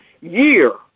year